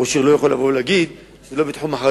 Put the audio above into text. ראש עיר לא יכול לבוא ולהגיד: זה לא בתחום אחריותי.